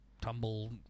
tumble